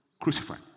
Crucified